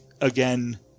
again